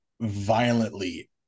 violently